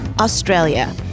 Australia